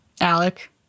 Alec